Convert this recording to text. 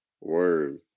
word